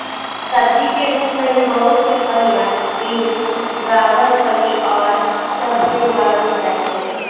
सब्जी के रूप में भी बहुत से फलियां, बींस, गवारफली और सब भी उगावल जाहई